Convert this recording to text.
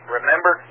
Remember